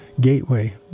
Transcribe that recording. Gateway